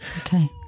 Okay